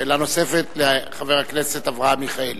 שאלה נוספת, לחבר הכנסת אברהם מיכאלי.